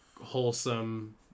wholesome